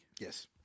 Yes